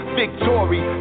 victory